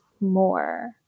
more